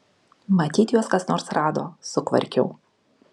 matyt juos kas nors rado sukvarkiau